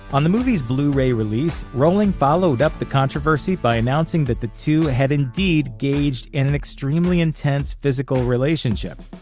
on the movie's blu-ray release, rowling followed up the controversy by announcing that the two had indeed engaged in an extremely intense physical relationship.